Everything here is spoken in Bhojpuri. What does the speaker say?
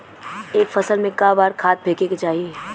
एक फसल में क बार खाद फेके के चाही?